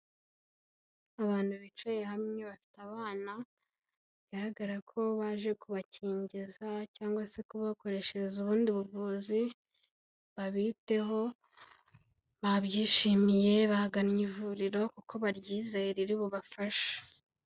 Abantu bicaye hamwe bafite abana bigaragara ko baje kubakingiza cyangwa se kubakoreshereza ubundi buvuzi babiteho, babyishimiye bagannye ivuriro kuko baryizeye riri bubafashe.